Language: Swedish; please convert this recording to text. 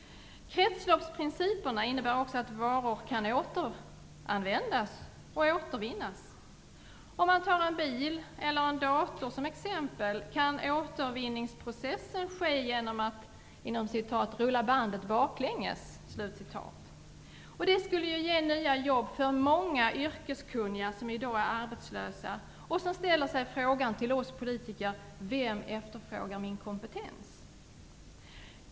Kretsloppsprinciperna innebär också att varor kan återanvändas eller återvinnas. Om man tar en bil eller en dator som exempel kan återvinningsprocessen ske genom att "rulla bandet baklänges". Det skulle ge nya jobb för många yrkeskunniga, som i dag är arbetslösa och som ställer frågan till oss politiker: Vem efterfrågar min kompetens?